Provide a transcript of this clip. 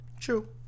True